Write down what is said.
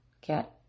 get